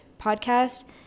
podcast